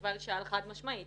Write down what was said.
יובל שאל חד משמעית,